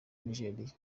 nigeriya